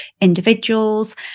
individuals